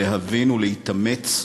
להבין ולהתאמץ,